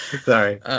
Sorry